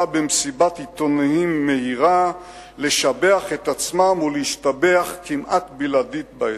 במסיבת עיתונאים מהירה לשבח את עצמם ולהשתבח כמעט בלעדית בהישג.